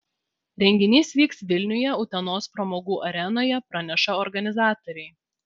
renginys vyks vilniuje utenos pramogų arenoje praneša organizatoriai